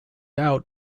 out